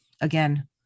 again